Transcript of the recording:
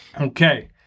Okay